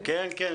כן, כן.